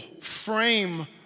frame